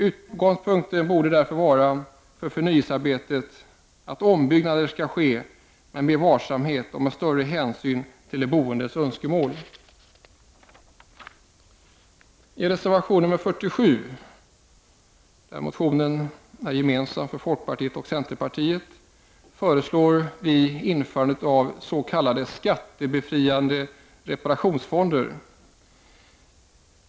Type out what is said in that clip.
Utgångspunkten för förnyel searbetet borde därför vara att ombyggnader skall ske men med varsamhet och med större hänsyn till de boendes önskemål. I reservation nr 53, som bygger på en motion som är gemensam för folkpartiet och centerpartiet, föreslår vi införandet av s.k. skattebefriade reparationsfonder.